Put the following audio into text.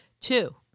Two